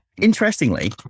Interestingly